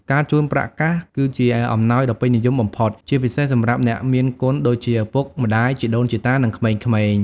ការជូនប្រាក់កាស គឺជាអំណោយដ៏ពេញនិយមបំផុត ជាពិសេសសម្រាប់អ្នកមានគុណដូចជា ឪពុកម្តាយ ជីដូនជីតា និងក្មេងៗ។